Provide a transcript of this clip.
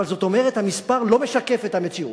אבל זאת אומרת שהמספר לא משקף את המציאות,